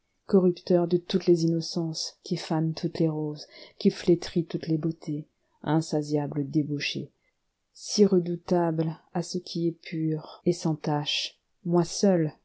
corrupteur de toutes les innocences qui fane toutes les roses qui flétrit toutes les beautés insatiable débauché si redoutable à ce qui est pur et sans tache moi seul